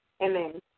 amen